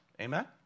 Amen